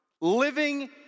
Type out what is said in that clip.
living